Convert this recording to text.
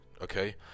okay